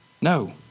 No